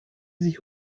sich